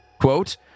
Quote